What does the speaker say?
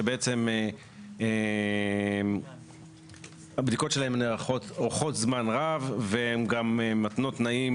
שבעצם הבדיקות שלהן עורכות זמן רב והן גם מתנות תנאים